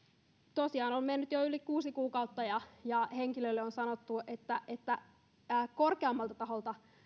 tosiaan on mennyt jo yli kuusi kuukautta ja ja henkilölle on sanottu korkeammalta taholta